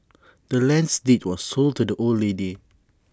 the land's deed was sold to the old lady